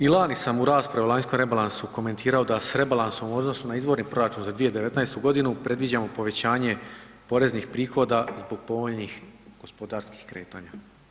I lani sam u raspravi, o lanjskom rebalansu komentirao da s rebalansom u odnosu na izvorni proračun za 2019.g. predviđamo povećanje poreznih prihoda zbog povoljnih gospodarskih kretanja.